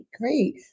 great